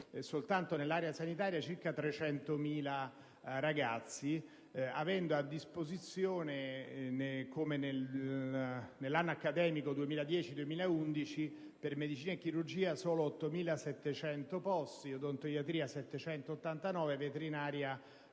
soltanto nell'area sanitaria, circa 300.000 ragazzi, avendo a disposizione - come nell'anno accademico 2010‑2011 - per medicina e chirurgia solo 8.775 posti, per odontoiatria 789 e per veterinaria